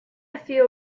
feel